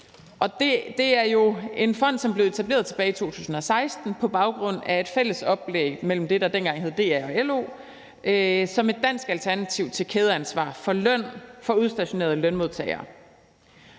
Det er jo en fond, som er blevet etableret tilbage i 2016 på baggrund af et fælles oplæg mellem det, der dengang hed DA og LO, som et dansk alternativ til kædeansvar for løn for udstationerede lønmodtagere.